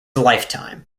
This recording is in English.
lifetime